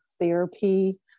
therapy